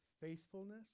faithfulness